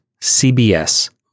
CBS